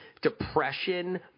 depression